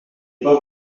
pas